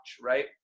right